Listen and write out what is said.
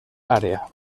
área